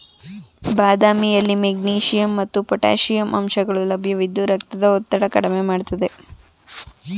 ಬಾದಾಮಿಯಲ್ಲಿ ಮೆಗ್ನೀಷಿಯಂ ಮತ್ತು ಪೊಟ್ಯಾಷಿಯಂ ಅಂಶಗಳು ಲಭ್ಯವಿದ್ದು ರಕ್ತದ ಒತ್ತಡ ಕಡ್ಮೆ ಮಾಡ್ತದೆ